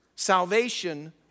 Salvation